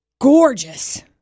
Gorgeous